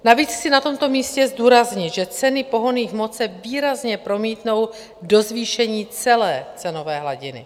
Navíc chci na tomto místě zdůraznit, že ceny pohonných hmot se výrazně promítnou do zvýšení celé cenové hladiny.